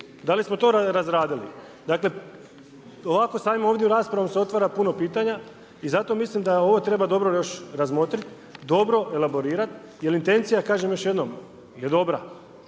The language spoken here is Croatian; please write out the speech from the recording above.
Da li smo to razradili? Dakle, …/Govornik se ne razumijemo./…se otvara puno pitanja i zato mislim da ovo treba dobro još razmotrit, dobro elaborirat, jer intencija, kažem još jednom je dobra,